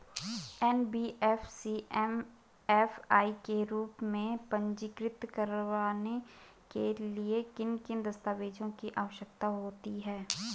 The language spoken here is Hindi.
एन.बी.एफ.सी एम.एफ.आई के रूप में पंजीकृत कराने के लिए किन किन दस्तावेज़ों की आवश्यकता होती है?